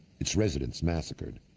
its residents massacred.